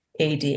AD